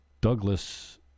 Douglas